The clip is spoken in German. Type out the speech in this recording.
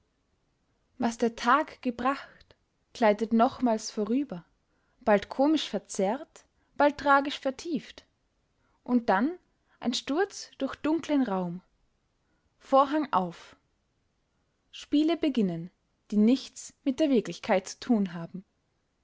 was der tag gebracht gleitet nochmals vorüber bald komisch verzerrt bald tragisch vertieft und dann ein sturz durch dunklen raum vorhang auf spiele beginnen die nichts mit der wirklichkeit zu tun haben